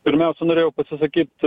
pirmiausia norėjau pasisakyt